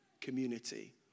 community